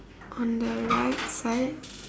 on the right side